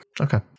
Okay